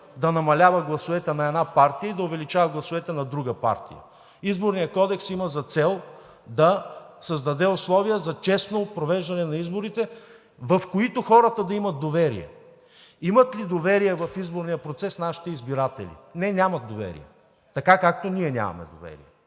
да намалява гласовете на една партия и да увеличава гласовете на друга. Изборният кодекс има за цел да създаде условия за честно провеждане на изборите, в които хората да имат доверие. Имат ли доверие в изборния процес нашите избиратели? Не, нямат доверие, така, както ние нямаме доверие.